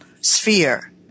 sphere